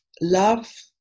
Love